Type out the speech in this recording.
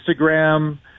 Instagram